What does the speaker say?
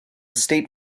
state